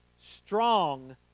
strong